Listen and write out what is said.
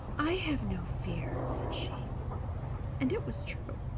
i have no fear, said she and it was true.